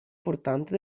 portante